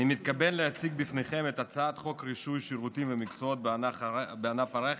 אני מתכבד להציג בפניכם את הצעת חוק רישוי שירותים ומקצועות בענף הרכב